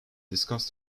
discuss